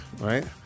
right